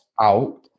out